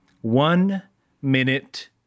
one-minute